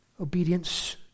obedience